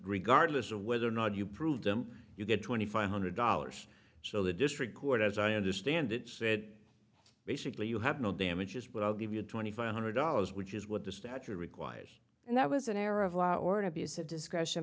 regardless of whether or not you prove them you get twenty five hundred dollars so the district court as i understand it said basically you have no damages but i'll give you twenty five hundred dollars which is what the statute requires and that was an error of law or an abuse of disc